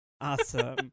Awesome